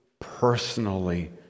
personally